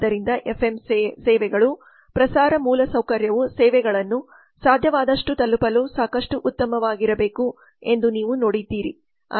ಆದ್ದರಿಂದ ಎಫ್ಎಂ ಸೇವೆಗಳು ಪ್ರಸಾರ ಮೂಲಸೌಕರ್ಯವು ಸೇವೆಗಳನ್ನು ಸಾಧ್ಯವಾದಷ್ಟು ತಲುಪಲು ಸಾಕಷ್ಟು ಉತ್ತಮವಾಗಿರಬೇಕು ಎಂದು ನೀವು ನೋಡಿದ್ದೀರಿ